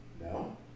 No